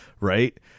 Right